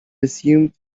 assumed